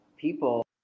People